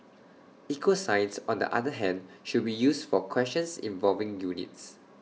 equal signs on the other hand should be used for questions involving units